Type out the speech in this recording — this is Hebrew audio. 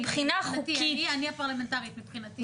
מבחינתי תגידי, אני הפרלמנטרית, מבחינתי.